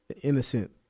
innocent